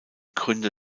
gründer